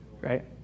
right